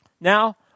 Now